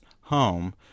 home